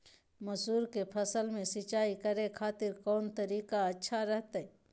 मसूर के फसल में सिंचाई करे खातिर कौन तरीका अच्छा रहतय?